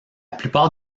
plupart